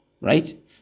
Right